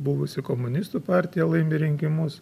buvusi komunistų partija laimi rinkimus